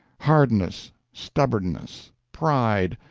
hardness, stubbornness, pride,